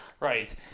Right